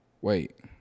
Wait